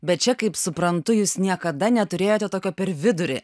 bet čia kaip suprantu jūs niekada neturėjote tokio per vidurį